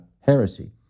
heresy